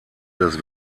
des